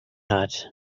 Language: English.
hot